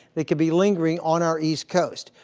they could be lingering on our east coast.